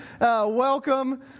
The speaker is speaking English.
welcome